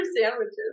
sandwiches